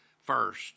First